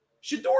Shador